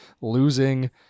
losing